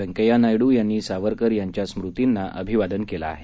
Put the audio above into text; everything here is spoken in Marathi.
व्यंकैय्या नायडू यांनी सावरकर यांच्या स्मृतींना अभिवादन केलं आहे